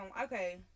okay